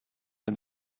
ein